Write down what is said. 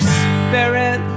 spirit